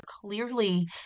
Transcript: clearly